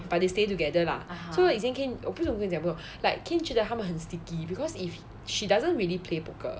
but they stay together lah so like 以前 kain 我不懂有跟你讲过没有 like kain 觉得他们很 sticky because if she doesn't really play poker